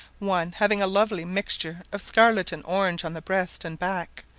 one having a lovely mixture of scarlet and orange on the breast and back,